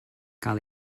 gael